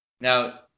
now